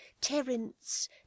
Terence